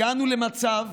הגענו למצב